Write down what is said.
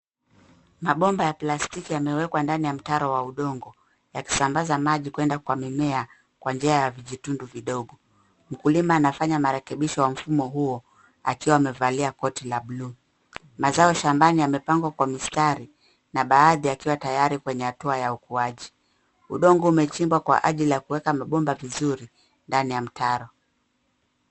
Mabombwa ya plastiki yamewekwa chini ya mtaro wa udongo yakisambaza maji maji kwenda kwa mimea kwa njia ya vijitundu vidogo. Mkulima anafanya marekebisho ya mfumo huo akiwa amevalia koti la buluu. Mazao shambani yamepangwa kwa mistari na baadhi yakiwa tayari kwenye hatua ya ukuaji. Udongo umechimbwa kwa ajili ya kuweka mabomba vizuri ndani ya mtaro.